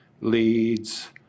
leads